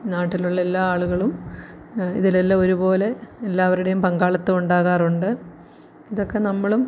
നാട്ടിലുള്ള എല്ലാ ആളുകളും ഇതിലെല്ലാം ഒരുപോലെ എല്ലാവരുടെയും പങ്കാളിത്തം ഉണ്ടാകാറുണ്ട് ഇതൊക്കെ നമ്മളും